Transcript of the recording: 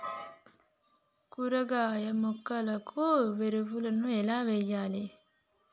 కూరగాయ మొక్కలకు ఎరువులను ఎలా వెయ్యాలే?